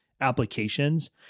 applications